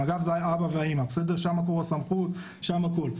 מג"ב זה האבא והאמא, שם מקור הסמכות, שם הכל.